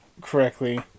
correctly